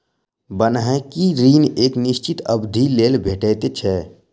बन्हकी ऋण एक निश्चित अवधिक लेल भेटैत छै